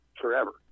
forever